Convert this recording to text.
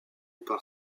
par